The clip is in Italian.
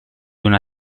una